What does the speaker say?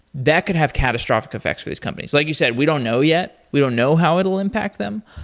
that could have catastrophic effects for these companies. like you said, we don't know yet. we don't know how it will impact them,